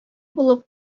булып